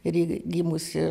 ir gimusi